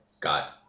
got